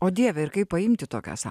o dieve ir kaip paimti tokią sa